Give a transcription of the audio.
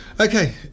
Okay